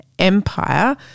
empire